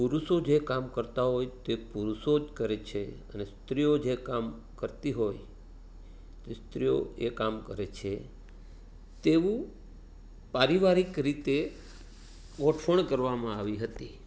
પુરુષો જે કામ કરતાં હોય તે પુરુષો જ કરે છે અને સ્ત્રીઓ જે કામ કરતી હોય તે સ્ત્રીઓ એ કામ કરે છે તેવું પારિવારિક રીતે ગોઠવણ કરવામાં આવી હતી